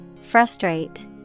Frustrate